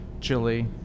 chili